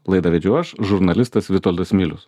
laidą vedžiau aš žurnalistas vitoldas milius